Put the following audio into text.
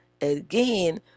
Again